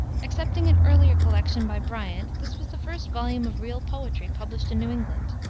excepting an earlier collection by bryant this was the first volume of real poetry published in new england,